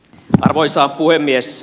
arvoisa puhemies